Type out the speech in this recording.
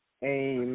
Amen